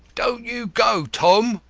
don't you go, tom!